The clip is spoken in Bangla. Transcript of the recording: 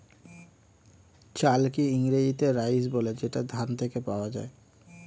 চালকে ইংরেজিতে রাইস বলে যেটা ধান থেকে পাওয়া যায়